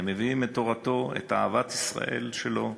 הם מביאים את תורתו, את אהבת ישראל שלו,